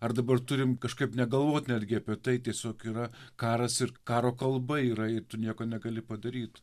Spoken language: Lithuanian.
ar dabar turim kažkaip negalvot netgi apie tai tiesiog yra karas ir karo kalba yra ir tu nieko negali padaryt